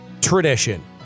tradition